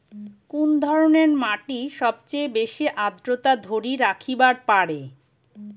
কুন ধরনের মাটি সবচেয়ে বেশি আর্দ্রতা ধরি রাখিবার পারে?